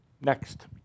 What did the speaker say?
Next